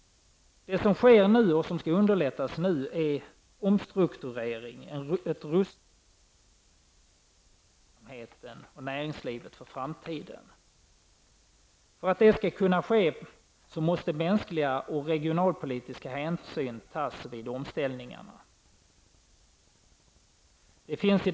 Det som nu sker och som man bör underlätta är omstrukturering, ett rustande av företagsamheten och näringslivet för framtiden. För att det skall kunna ske måste mänskliga och regionalpolitiska hänsyn tas vid omställningarna.